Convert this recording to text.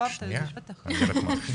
שנייה נתחיל.